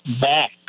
back